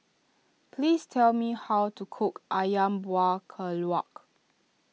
please tell me how to cook Ayam Buah Keluak